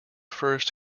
first